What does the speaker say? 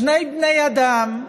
שני בני אדם,